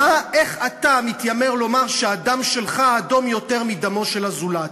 איך אתה מתיימר לומר שהדם שלך אדום יותר מדמו של הזולת.